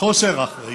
חוסר אחריות.